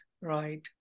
Right